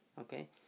okay